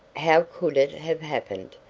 how could it have happened?